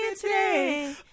today